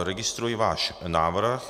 Registruji váš návrh.